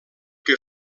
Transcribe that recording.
que